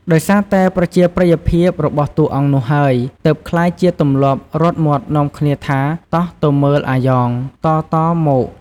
ដោយសារតែប្រជាប្រិយភាពរបស់តួអង្គនោះហើយ ទើបក្លាយជាទម្លាប់រត់មាត់នាំគ្នាថា “តោះទៅមើលអាយ៉ង” តៗមក ។